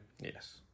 Yes